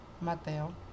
Mateo